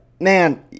man –